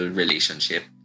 relationship